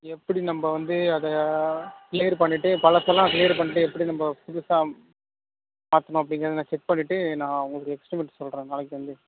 எப்படி நம்ப வந்து அதை கிளீயர் பண்ணிட்டு பழசைல்லாம் கிளீயர் பண்ணிவிட்டு எப்படி நம்ப புதுசாக மாற்றனும் அப்படிங்கிறத நான் செக் பண்ணிவிட்டு நான் உங்களுக்கு எஸ்டிமேட் சொல்கிறேன் நாளைக்கு வந்து